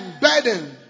burden